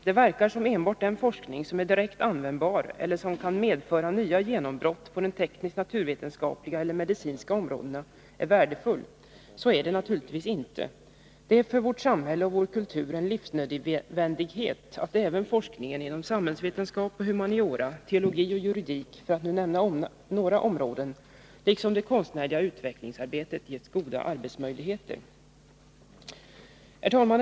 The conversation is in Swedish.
Det verkar som om endast den forskning som är direkt användbar eller som kan medföra nya genombrott på de teknisk-naturvetenskapliga eller medicinska områdena är värdefull. Så är det naturligtvis inte. Det är för vårt samhälle och vår kultur en livsnödvändighet att även forskningen inom samhällsvetenskap och humaniora, teologi och juridik — för att nu nämna några områden — liksom det konstnärliga utvecklingsarbetet ges goda arbetsmöjligheter. Herr talman!